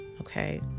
okay